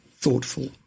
thoughtful